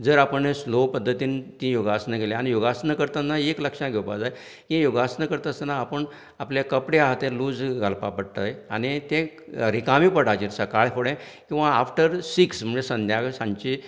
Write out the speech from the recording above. जर आपणें स्लो पद्दतीन ती योगासनां केली ती योगासना करतना एक लक्षांत घेवपाक जाय की योगासनां करता आसतना आपूण आपल्या कपडे आसा ते लूज घालपाक पडटा आनी ते रिकाम्या पोटाचेर सकाळ फुडें किंवां आफ्टर सिक्स म्हळ्यार संध्यार सांजचे